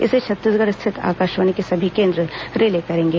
इसे छत्तीसगढ़ स्थित आकाशवाणी के सभी केंद्र रिले करेंगे